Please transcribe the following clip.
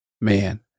man